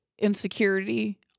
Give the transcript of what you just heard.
insecurity